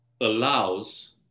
allows